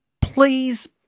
please